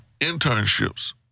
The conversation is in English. internships